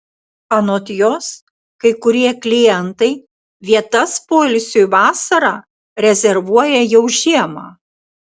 anot jos kai kurie klientai vietas poilsiui vasarą rezervuoja jau žiemą